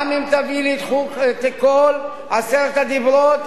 גם אם תביא לי את כל עשרת הדיברות,